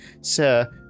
sir